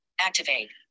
Activate